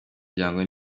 urwango